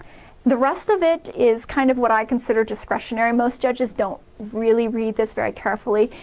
the rest of it is kind of what i consider discretionary most judges don't really read this very carefully.